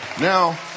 Now